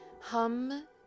Hum